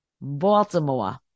Baltimore